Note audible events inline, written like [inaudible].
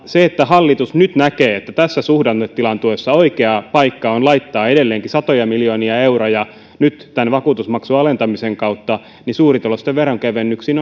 se että hallitus nyt näkee että tässä suhdannetilanteessa oikea paikka on laittaa edelleenkin satoja miljoonia euroja nyt tämän vakuutusmaksun alentamisen kautta suurituloisten veronkevennyksiin [unintelligible]